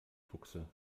buchse